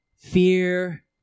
Fear